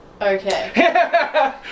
Okay